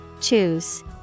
Choose